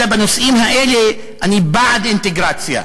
אלא, בנושאים האלה אני בעד אינטגרציה.